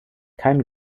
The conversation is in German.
kein